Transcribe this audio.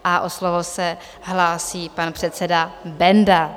O slovo se hlásí pan předseda Benda.